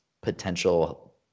potential